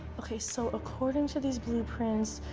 ok, so according to these blueprints,